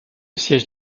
siège